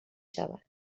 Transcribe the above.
شود